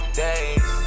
days